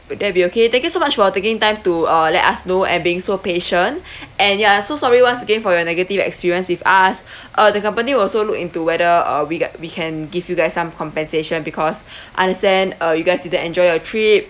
would there be okay thank you so much for taking time to uh let us know and being so patient and ya so sorry once again for your negative experience with us uh the company will also look into whether uh we get we can give you guys some compensation because understand uh you guys didn't enjoy your trip